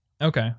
Okay